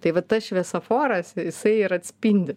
tai va tas šviesoforas jisai ir atspindi